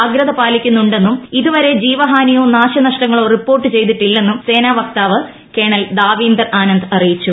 ജാഗ്രത പാലിക്കുന്നുണ്ടെന്നും ഇതുവരെ ജീവഹാനിയോ നാശനഷ്ടങ്ങളോ റിപ്പോർട്ട് ചെയ്തിട്ടില്ലെന്നും സേനാ വക്താവ് കേണൽ ദാവീന്ദർ അനന്ദ് അറിയിച്ചു